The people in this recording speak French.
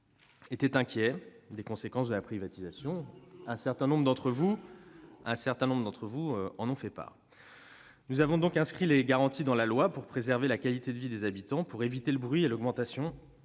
étaient inquiets des conséquences de la privatisation. Ils le sont toujours ! Un certain nombre d'entre vous en ont effectivement fait part. Nous avons donc inscrit les garanties dans la loi pour préserver la qualité de vie des habitants, éviter le bruit et l'augmentation